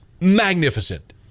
magnificent